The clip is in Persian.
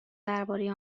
درباره